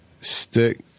Stick